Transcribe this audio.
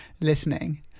listening